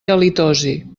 halitosi